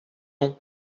long